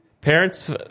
Parents